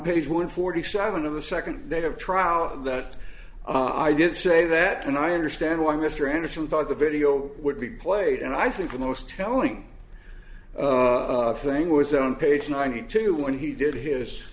page one forty seven of the second day of trial that i did say that and i understand why mr anderson thought the video would be played and i think the most telling thing was own case ninety two when he did his